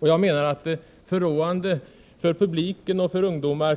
Jag menar att många sporter kan verka förråande på publiken och på ungdomen.